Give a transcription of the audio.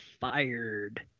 fired